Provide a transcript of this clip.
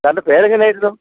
സാറിൻ്റെ പേര് എങ്ങനെ ആയിരുന്നു